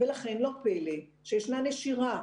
לכן לא פלא שישנה נשירה.